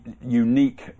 unique